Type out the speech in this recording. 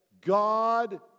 God